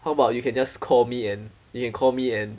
how about you can just call me and you can call me and